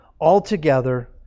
altogether